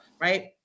right